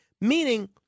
meaning